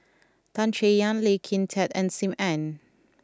Tan Chay Yan Lee Kin Tat and Sim Ann